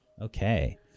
Okay